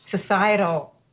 societal